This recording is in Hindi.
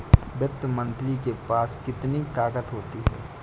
वित्त मंत्री के पास कितनी ताकत होती है?